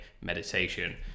meditation